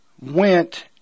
went